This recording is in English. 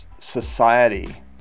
society